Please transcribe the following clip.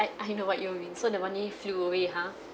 I know what you mean so the money flew away ha